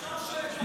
אפשר שאלה?